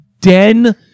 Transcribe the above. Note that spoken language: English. den